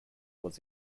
was